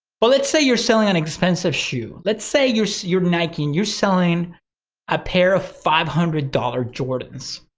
but let's say you're selling an expensive shoe. let's say you're you're nike and you're selling a pair of five hundred dollars jordans,